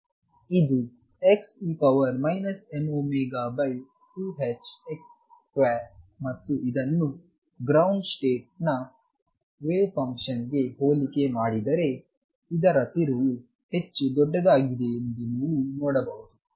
ಇದು xe mω2ℏx2 ಮತ್ತು ಇದನ್ನು ಗ್ರೌಂಡ್ ಸ್ಟೇಟ್ ನ ವೇವ್ ಫಂಕ್ಷನ್ ಗೆ ಹೋಲಿಕೆ ಮಾಡಿದರೆ ಇದರ ತಿರುವು ಹೆಚ್ಚು ದೊಡ್ಡದಾಗಿದೆ ಎಂದು ನೀವು ನೋಡಬಹುದು